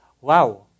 wow